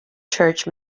church